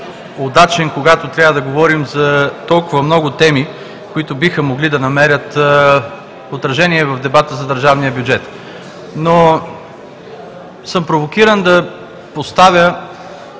когато трябва да говорим за толкова много теми, които биха могли да намерят отражение в дебата за държавния бюджет. Провокиран съм да поставя